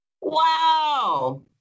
Wow